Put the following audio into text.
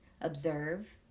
observe